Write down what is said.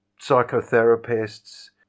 psychotherapists